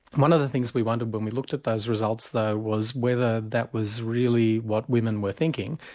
one of the things we wondered when we looked at those results though was whether that was really what women were thinking,